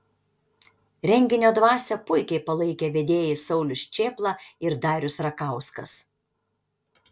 renginio dvasią puikiai palaikė vedėjai saulius čėpla ir darius rakauskas